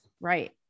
Right